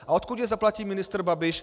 A odkud je zaplatí ministr Babiš?